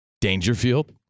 Dangerfield